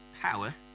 power